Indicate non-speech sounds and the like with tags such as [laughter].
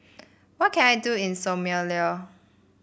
[noise] what can I do in Somalia